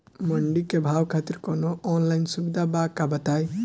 मंडी के भाव खातिर कवनो ऑनलाइन सुविधा बा का बताई?